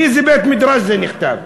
באיזה בית-מדרש זה נכתב?